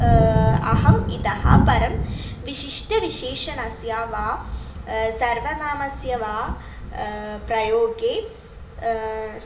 अहम् इतःपरं विशिष्टविशेषणस्य वा सर्वनामस्य वा प्रयोगे